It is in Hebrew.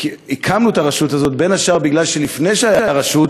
הקמנו את הרשות הזאת בין השאר בגלל שלפני שהייתה רשות